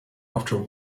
after